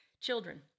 Children